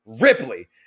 Ripley